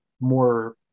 more